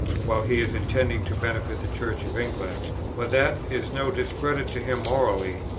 while he is intending to benefit the church of england, for that is no discredit to him morally,